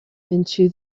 into